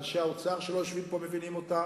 ואנשי האוצר שלא יושבים פה מבינים אותה,